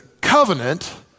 covenant